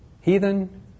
Heathen